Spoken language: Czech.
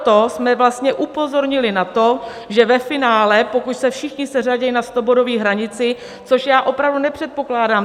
Proto jsme upozornili na to, že ve finále, pokud se všichni seřadí na stobodové hranici, což já opravdu nepředpokládám...